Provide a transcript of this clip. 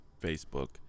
Facebook